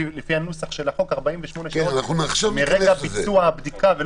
לפי נוסח החוק: 48 שעות מרגע ביצוע הבדיקה.